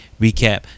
recap